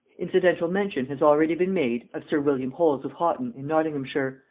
incidental mention has already been made of sir william holles of haughton in nottinghamshire,